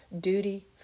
Duty